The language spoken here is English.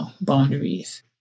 boundaries